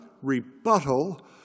rebuttal